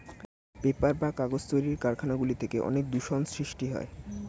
paper বা কাগজ তৈরির কারখানা গুলি থেকে অনেক দূষণ সৃষ্টি হয়